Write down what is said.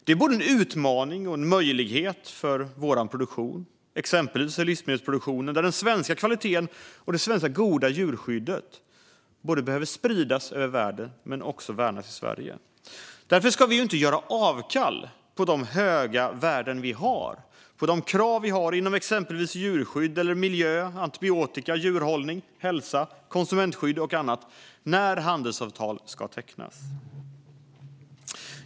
Det är både en utmaning och en möjlighet för vår produktion, exempelvis livsmedelsproduktionen. Den svenska kvaliteten och det goda svenska djurskyddet behöver spridas över världen men också värnas i Sverige. Därför ska vi inte göra avkall på de höga värden och krav vi har när det gäller djurskydd, miljö, antibiotika, djurhållning, hälsa, konsumentskydd och annat när handelsavtal ska tecknas.